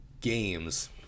games